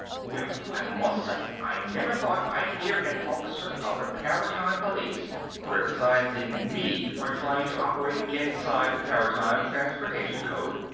well! i must say i never thought i'd hear an officer of the paratime police criticizing me for trying to operate inside the paratime transposition code!